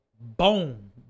boom